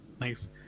Nice